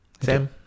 Sam